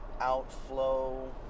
outflow